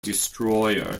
destroyer